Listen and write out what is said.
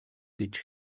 гэж